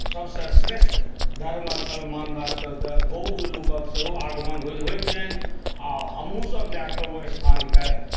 सभसे श्रेष्ठ धर्मस्थल मानलाके चलते बौद्ध लोकक सेहो आगमण होइ छनि आ हमहुँ सभ जाकऽ ओहि स्थानके